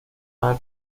haber